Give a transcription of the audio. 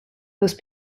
those